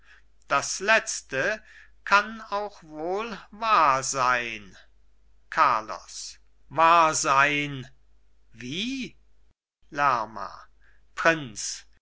das letzte kann auch wohl wahr sein carlos wahr sein wie lerma prinz